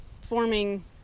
forming